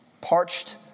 parched